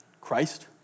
Christ